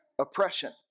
oppression